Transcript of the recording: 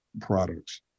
products